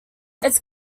its